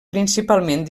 principalment